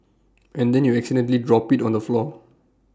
and then you accidentally drop IT on the floor